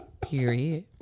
Period